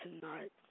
tonight